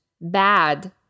Bad